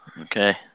okay